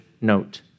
note